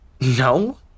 No